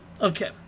okay